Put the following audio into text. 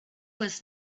was